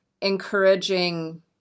encouraging